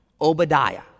Obadiah